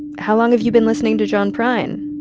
how long have you been listening to john prine?